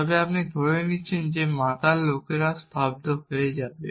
তবে আপনি ধরে নিচ্ছেন যে মাতাল লোকেরা স্তব্ধ হয়ে যাবে